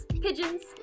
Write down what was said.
pigeons